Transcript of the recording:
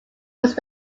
was